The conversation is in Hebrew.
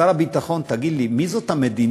שר הביטחון, תגיד לי, מי זאת המדינה